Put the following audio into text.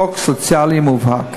חוק סוציאלי מובהק.